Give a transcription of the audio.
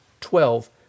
twelve